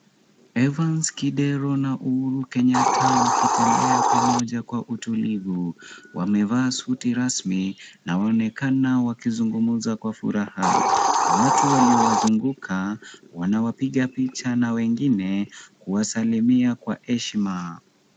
Evans Kidero na Uhuru Kenyatta wakitembea pamoja kwa utulivu. Wamevaa suti rasmi na wanaonekana wakizungumza kwa furaha. Watu walio wazunguka wanawapiga picha na wengine kuwasalimia kwa heshima.